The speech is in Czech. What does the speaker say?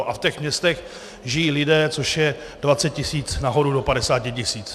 A v těch městech žijí lidé, což je 20 tisíc nahoru do 50 tisíc.